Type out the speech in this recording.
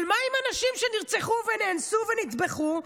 אבל מה עם הנשים שנרצחו, נאנסו ונטבחו?